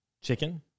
Chicken